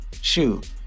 Shoot